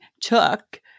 took